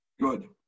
Good